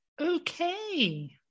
Okay